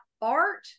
art